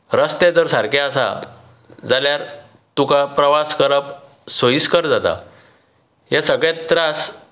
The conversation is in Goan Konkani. रस्ते जर सारके आसात जाल्यार तुका प्रवास करप सोयीस्कर जाता हे सगळे त्रास